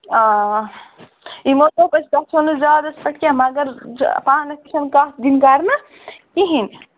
آ یِمو دوٚپ أسۍ گَژھَو نہٕ زیادَس پٮ۪ٹھ کیٚنٛہہ مَگر پانَس تہِ چھَنہٕ کَتھ دِنۍ کَرنہٕ کِہیٖنۍ